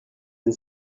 and